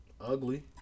Ugly